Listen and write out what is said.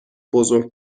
بزرگ